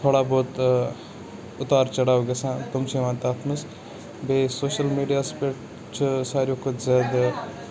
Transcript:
تھوڑا بہت اُتار چَڑاو گژھان تہٕ مےٚ چھِ یِوان تَتھ منٛز بیٚیہِ سوشَل میٖڈیاہَس پٮ۪ٹھ چھِ ساروی کھۄتہٕ زیادٕ